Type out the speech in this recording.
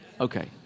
Okay